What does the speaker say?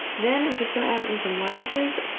then, i'm just gonna add in some lime juice,